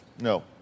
No